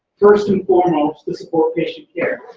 first and foremost, to support patient care.